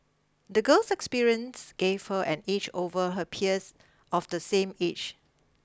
the girl's experiences gave her an edge over her peers of the same age